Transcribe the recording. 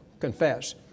Confess